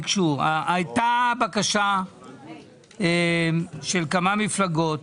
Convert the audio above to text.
הישיבה, הייתה בקשה של כמה מפלגות